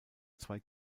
zwei